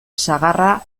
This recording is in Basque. sagarra